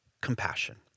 compassion